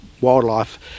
wildlife